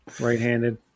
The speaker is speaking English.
Right-handed